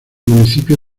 municipio